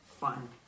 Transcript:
fun